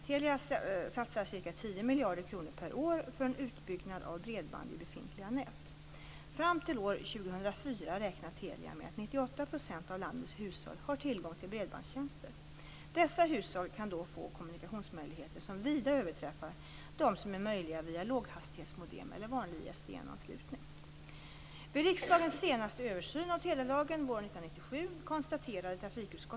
Telia satsar ca 10 miljarder kronor per år för en utbyggnad av bredband i befintliga nät. Fram till år 2004 räknar Telia med att 98 % av landets hushåll har tillgång till bredbandstjänster. Dessa hushåll kan då få kommunikationsmöjligheter som vida överträffar dem som är möjliga via låghastighetsmodem eller vanlig ISDN-anslutning.